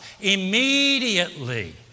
Immediately